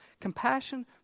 Compassion